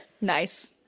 Nice